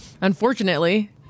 Unfortunately